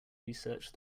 research